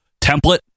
template